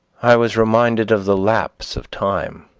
i was reminded of the lapse of time.